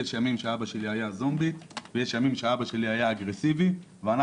יש ימים שאבא שלי היה "זומבי" ויש ימים שאבא שלי היה אגרסיבי ואנחנו,